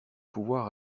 pouvoir